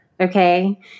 okay